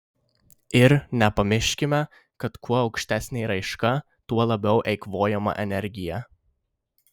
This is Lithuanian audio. ir nepamiškime kad kuo aukštesnė raiška tuo labiau eikvojama energija